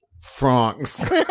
francs